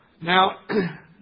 Now